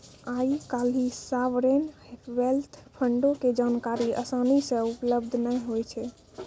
आइ काल्हि sovereign wealth फंडो के जानकारी असानी से उपलब्ध नै होय छै